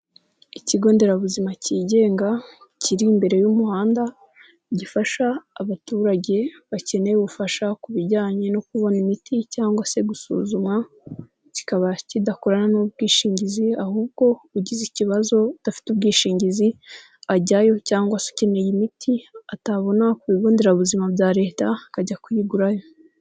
Ikigo nderabuzima kigenga kiri imbere y'umuhanda gifasha abaturage bakeneye ubufasha ku bijyanye no kubona imiti cyangwa se gusuzumwa kikaba kidakorana n'ubwishingizi ahubwo ugize ikibazo udafite ubwishingizi ajyayo cyangwa se ukeneye imiti atabona ku bigo nderabuzima bya leta akajya kuyigurayo.